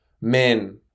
men